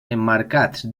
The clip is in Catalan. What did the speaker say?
emmarcats